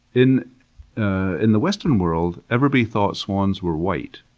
in ah in the western world, everybody thought swans were white.